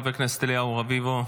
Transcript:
חבר הכנסת אליהו רביבו,